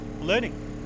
learning